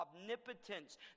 omnipotence